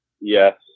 Yes